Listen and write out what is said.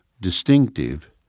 distinctive